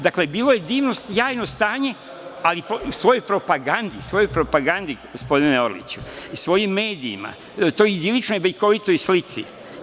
Dakle, bilo je divno, sjajno stanje, ali svojoj propagandi, gospodine Orliću i svojim medijima, toj idiličnoj, bajkovitoj slici.